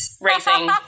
racing